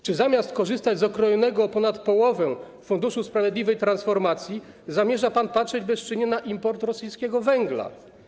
Czy zamiast korzystać z okrojonego o ponad połowę Funduszu Sprawiedliwej Transformacji zamierza pan patrzeć bezczynnie na import rosyjskiego węgla?